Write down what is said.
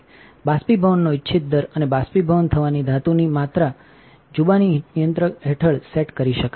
બાષ્પીભવનનો ઇચ્છિત દર અને બાષ્પીભવન થવાની ધાતુની માત્રા જુબાની નિયંત્રક હેઠળ સેટ કરી શકાય છે